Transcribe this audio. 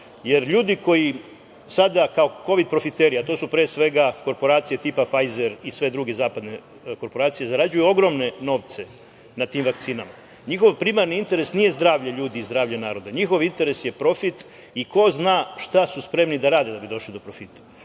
Ljudi koji sada kao kovid profiteri, a to su pre svega korporacije tipa „Fajzer“ i sve druge zapadne korporacije, zarađuju ogromne novce na tim vakcinama. Njihov primarni interes nije zdravlje ljudi i zdravlje naroda, njihov interes je profit i ko zna šta su spremni da rade da bi došli do profita.